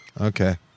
Okay